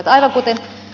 aivan kuten ed